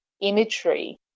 imagery